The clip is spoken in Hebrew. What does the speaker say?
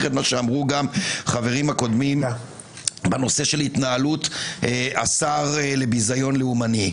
את מה שאמרו גם החברים הקודמים בנושא של התנהלות השר לביזיון לאומני.